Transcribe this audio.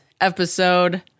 episode